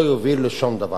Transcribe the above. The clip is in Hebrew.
לא יוביל לשום דבר.